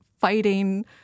fighting